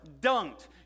dunked